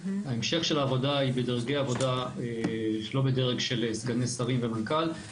ההמשך של העבודה היא בדרגי עבודה שלא בדרג של סגני שרים ומנכ"ל.